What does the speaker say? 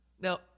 Now